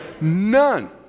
None